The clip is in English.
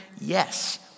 Yes